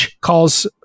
calls